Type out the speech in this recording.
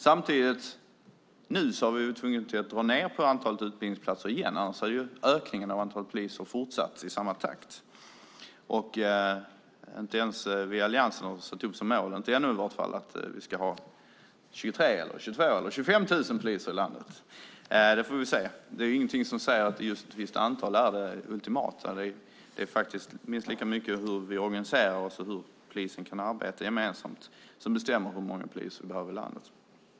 Samtidigt har vi nu varit tvungna att dra ned på antalet utbildningsplatser. Annars hade ökningen av antal poliser fortsatt i samma takt. Inte ens vi i Alliansen har satt upp som mål, i varje fall inte ännu, att vi ska ha 22 000, 23 000 eller 25 000 poliser i landet. Det får vi se. Det finns ingenting som säger att ett visst antal är det ultimata. Det handlar minst lika mycket om hur vi organiserar oss och hur polisen kan arbeta gemensamt när det gäller vad som bestämmer hur många poliser vi behöver i landet.